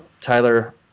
tyler